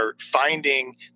finding